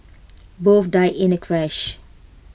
both died in the crash